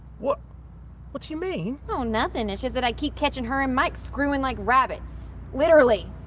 what what do you mean? oh nothing it's just that i keep catching her and mike screwing like rabbits. literally.